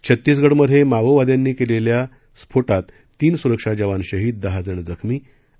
छत्तीसगडमधे मोओवाद्यांनी घडवलेल्या स्फोटात तीन सुरक्षा जवान शहीद दहाजण जखमी आणि